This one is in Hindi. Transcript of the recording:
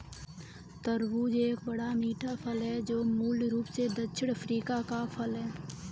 तरबूज एक बड़ा, मीठा फल है जो मूल रूप से दक्षिणी अफ्रीका का है